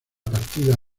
partida